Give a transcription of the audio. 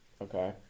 Okay